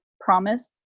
promised